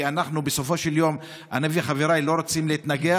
כי בסופו של יום חבריי ואני לא רוצים להתנגח